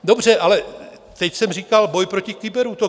Dobře, ale teď jsem říkal boj proti kyberútokům.